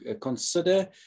consider